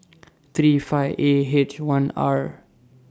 three five A H one R